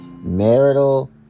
marital